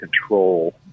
control